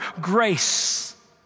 grace